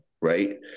right